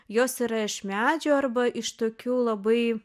jos yra iš medžio arba iš tokių labai